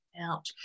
out